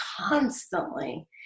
constantly